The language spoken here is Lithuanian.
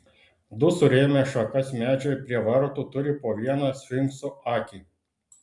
du surėmę šakas medžiai prie vartų turi po vieną sfinkso akį